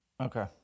Okay